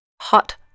hot